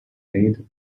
made